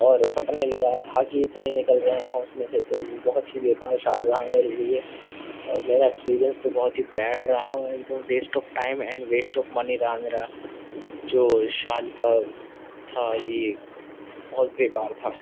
اور پھٹنے لگا دھاگے اتنے نکل رہے ہیں اس میں سے تو بہت ہی بیکار شال رہا میرے لیے اور میرا ایکسپرینس تو بہت ہی بیڈ رہا اور وہ ایک دم waste of time and waste of money رہا میرا جو شال کا تھا یہ بہت بیکار تھا